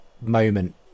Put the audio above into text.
moment